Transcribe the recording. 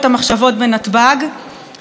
או אלה שנחושים לשנות את פני מערכת